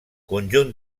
conjunt